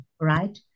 right